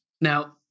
Now